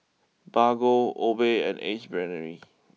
Bargo Obey and Ace Brainery